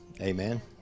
Amen